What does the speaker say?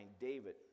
David